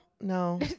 No